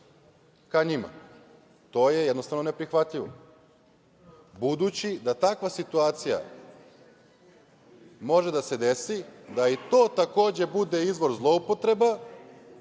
ka njima? Jednostavno, to je neprihvatljivo budući da takva situacija može da se desi da i to takođe bude izvor zloupotreba